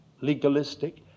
legalistic